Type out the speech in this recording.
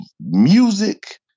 music